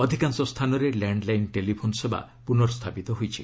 ଅଧିକାଂଶ ସ୍ଥାନରେ landline telephone ସେବା ପୁର୍ନସ୍ଥାପିତ ହୋଇଛି